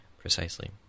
Precisely